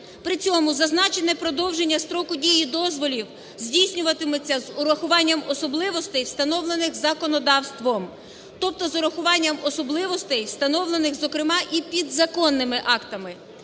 При цьому зазначене продовження строку дії дозволів здійснюватиметься з урахуванням особливостей встановлених законодавством, тобто з урахуванням особливостей, встановлених, зокрема, і підзаконними актами.